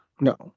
No